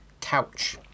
couch